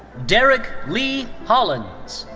derrick lee hollins.